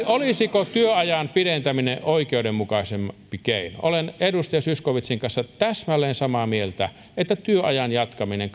olisiko työajan pidentäminen oikeudenmukaisempi keino olen edustaja zyskowiczin kanssa täsmälleen samaa mieltä että työajan jatkaminen